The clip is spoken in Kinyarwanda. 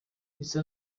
bisa